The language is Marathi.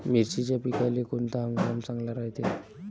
मिर्चीच्या पिकाले कोनता हंगाम चांगला रायते?